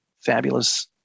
fabulous